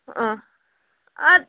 آ اَدٕ